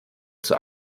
zur